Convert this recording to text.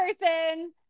person